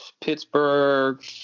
Pittsburgh